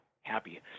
happy